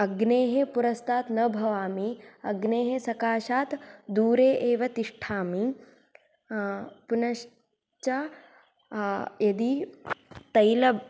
अग्नेः पुरस्तात् न भवामि अग्नेः सकाशात् दूरे एव तिष्ठामि पुनश्च यदि तैल